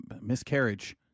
miscarriage